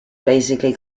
basically